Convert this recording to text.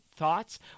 thoughts